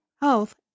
health